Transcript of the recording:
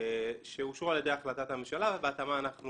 שאושרו על ידי החלטת הממשלה, ובהתאמה אנחנו